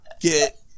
get